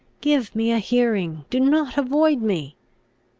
give me a hearing! do not avoid me!